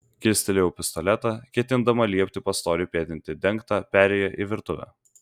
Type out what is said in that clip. kilstelėjau pistoletą ketindama liepti pastoriui pėdinti dengta perėja į virtuvę